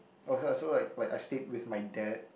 oh so so right like I stayed with my dad